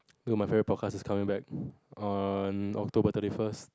dude my favourite podcast is coming back on October thirty first